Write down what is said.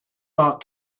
not